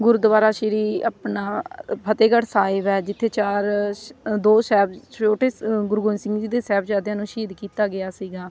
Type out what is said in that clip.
ਗੁਰਦੁਆਰਾ ਸ਼੍ਰੀ ਆਪਣਾ ਫਤਿਹਗੜ੍ਹ ਸਾਹਿਬ ਹੈ ਜਿੱਥੇ ਚਾਰ ਸ਼ ਦੋ ਸੈਬ ਛੋਟੇ ਗੁਰੂ ਗੋਬਿੰਦ ਸਿੰਘ ਜੀ ਦੇ ਸਾਹਿਬਜ਼ਾਦਿਆਂ ਨੂੰ ਸ਼ਹੀਦ ਕੀਤਾ ਗਿਆ ਸੀਗਾ